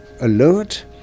alert